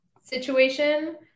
situation